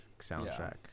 soundtrack